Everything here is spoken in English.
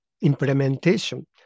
implementation